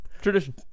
Tradition